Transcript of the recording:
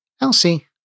Elsie